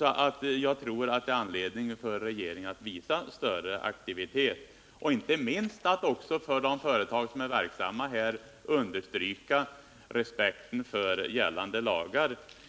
att det finns anledning för regeringen att visa större aktivitet och inte minst att också för de företag som är verksamma här understryka respekten för gällande lagar.